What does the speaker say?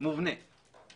מובנה זה